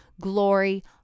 glory